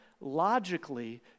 logically